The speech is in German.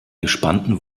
gespannten